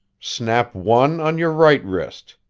snap one on your right wrist.